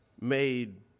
made